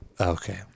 Okay